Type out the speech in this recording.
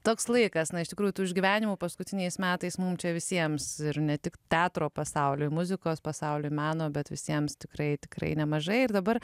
toks laikas na iš tikrųjų tų išgyvenimų paskutiniais metais mum čia visiems ir ne tik teatro pasauliui muzikos pasauliui meno bet visiems tikrai tikrai nemažai ir dabar